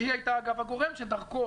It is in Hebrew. שהיא הייתה אגב הגורם שדרכו.